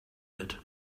wird